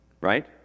right